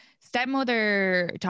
stepmother